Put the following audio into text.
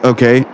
Okay